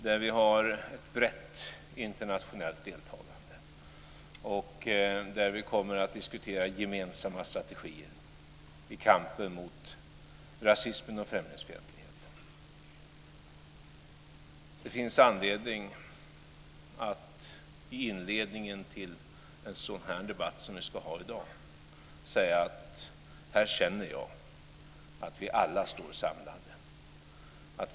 Där har vi ett brett internationellt deltagande, och vi kommer att diskutera gemensamma strategier i kampen mot rasismen och främlingsfientligheten. Det finns anledning att i inledningen till en sådan debatt som vi ska ha i dag säga att här känner jag att vi alla står samlade.